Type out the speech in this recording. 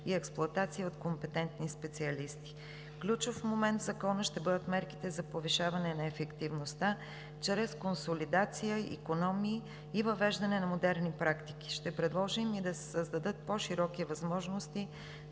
и експлоатация от компетентни специалисти. Ключов момент в закона ще бъдат мерките за повишаване на ефективността чрез консолидация, икономии и въвеждане на модерни практики. Ще предложим да се създадат по-широки възможности